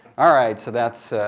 all right, so that's